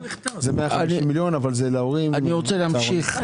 זה 150 מיליון, אבל זה להורים לצהרונים.